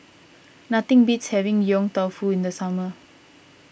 nothing beats having Yong Tau Foo in the summer